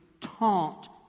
taunt